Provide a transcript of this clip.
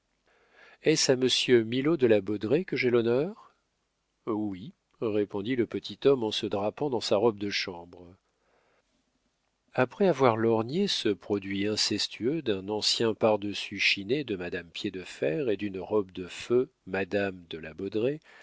est-ce à monsieur milaud de la baudraye que j'ai l'honneur oui répondit le petit homme en se drapant dans sa robe de chambre après avoir lorgné ce produit incestueux d'un ancien par-dessus chiné de madame piédefer et d'une robe de feu madame de la